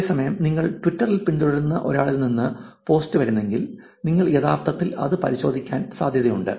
അതേസമയം നിങ്ങൾ ട്വിറ്ററിൽ പിന്തുടരുന്ന ഒരാളിൽ നിന്ന് പോസ്റ്റ് വരുന്നുവെങ്കിൽ നിങ്ങൾ യഥാർത്ഥത്തിൽ അത് പരിശോധിക്കാൻ സാധ്യതയുണ്ട്